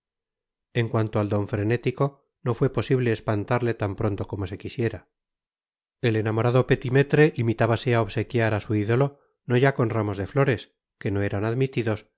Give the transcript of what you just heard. en cuanto al don frenético no fue posible espantarle tan pronto como se quisiera el enamorado petimetre limitábase a obsequiar a su ídolo no ya con ramos de flores que no eran admitidos